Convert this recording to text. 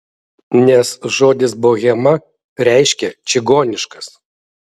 nes žodis bohema reiškia čigoniškas